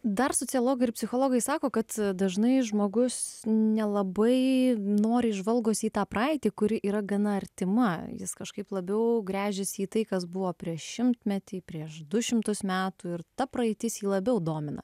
dar sociologai ir psichologai sako kad dažnai žmogus nelabai noriai žvalgos į tą praeitį kuri yra gana artima jis kažkaip labiau gręžiasi į tai kas buvo prieš šimtmetį prieš du šimtus metų ir ta praeitis jį labiau domina